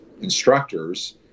instructors